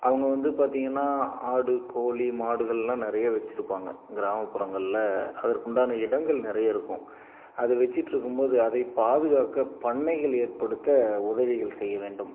அவங்க வந்து பார்த்திங்கன்னா ஆடு கோழி மாடுகள்லாம் நிறைய வச்சிருப்பாங்க கிராமப்புறங்களில் அதற்குண்டான இடங்கள் நிறைய இருக்கும் அது வச்சிட்டுருக்கும் போது அதை பாதுகாக்க பண்ணைகள் ஏற்படுத்த உதவிகள் செய்ய வேண்டும்